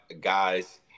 guys